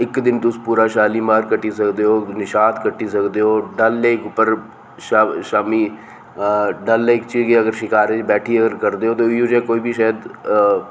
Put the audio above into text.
इक दिन पूरा तुस शालीमार कट्टी सकदे ओ इक दिन निशात कट्टी सकदे ओ डल लेक उप्पर शामीं डल लेक च गे अगर शिकारे च बैठी गे अगर करदे ओ ते इ'यै जेहा कोई बी शायद